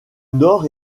nord